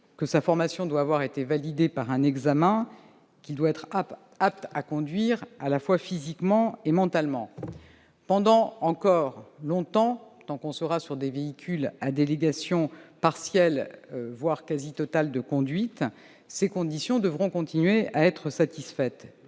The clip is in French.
que sa formation doit avoir été validée par un examen, qu'il doit être apte à conduire, à la fois physiquement et mentalement. Pendant longtemps encore, tant qu'il s'agira de véhicules à délégation partielle, voire quasiment totale, de conduite, ces conditions devront continuer à être satisfaites.